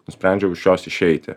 nusprendžiau iš jos išeiti